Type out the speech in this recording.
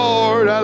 Lord